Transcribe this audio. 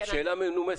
זו שאלה מנומסת.